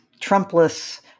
Trumpless